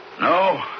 No